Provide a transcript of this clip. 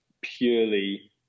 purely